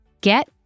Get